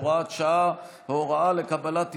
הוראת שעה) (הוראה לקבלת טיפול),